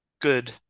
good